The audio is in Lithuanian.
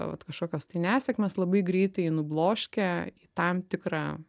vat kažkokios tai nesėkmės labai greitai nubloškia tam tikrą